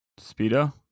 Speedo